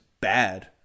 bad